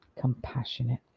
compassionate